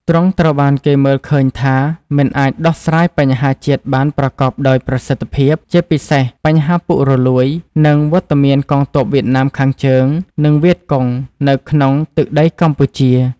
ទ្រង់ត្រូវបានគេមើលឃើញថា មិនអាចដោះស្រាយបញ្ហាជាតិបានប្រកបដោយប្រសិទ្ធភាព ជាពិសេសបញ្ហាពុករលួយ និងវត្តមានកងទ័ពវៀតណាមខាងជើង និងវៀតកុងនៅក្នុងទឹកដីកម្ពុជា។